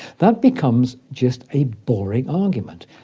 that becomes just a boring argument.